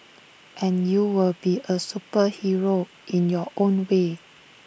and you will be A superhero in your own way